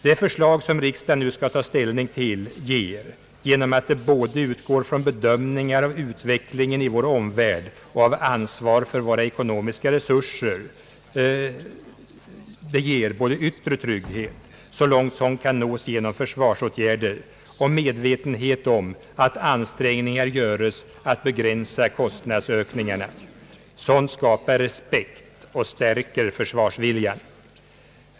Det förslag som riksdagen nu skall ta ställning till ger, genom att det utgår både från bedömningar av utvecklingen i vår omvärld och från ansvar för våra ekonomiska resurser, såväl yttre trygghet — så långt som kan nås genom försvarsåtgärder — som medvetenhet om att ansträngningar göres att begränsa kostnadsökningarna. Så dant skapar respekt och stärker försvarsviljan.